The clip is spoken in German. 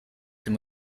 dem